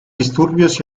disturbios